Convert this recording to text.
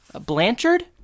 Blanchard